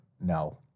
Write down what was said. no